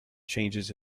changes